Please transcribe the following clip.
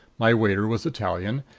my waiter was italian,